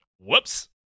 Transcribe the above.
Whoops